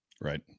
Right